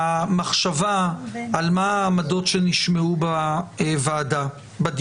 המחשבה על העמדות שנשמעו בוועדה הרי